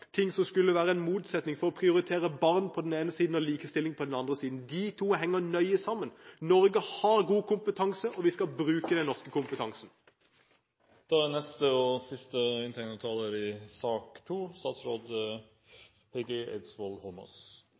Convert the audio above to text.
skulle ikke være noen motsetning i å prioritere barn på den ene siden og likestilling på den andre siden. De to henger nøye sammen. Norge har god kompetanse, og vi skal bruke den norske